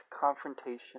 confrontation